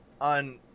On